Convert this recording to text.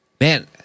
man